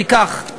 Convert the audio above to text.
תיקח,